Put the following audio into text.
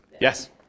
Yes